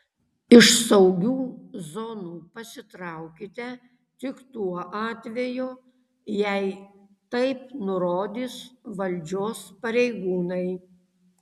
iš saugių zonų pasitraukite tik tuo atveju jei taip nurodys valdžios pareigūnai